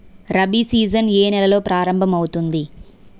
Rabi season ఏ నెలలో ప్రారంభమౌతుంది?